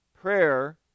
Prayer